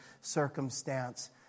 circumstance